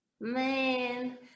Man